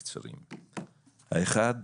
האחד,